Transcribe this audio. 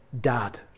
dad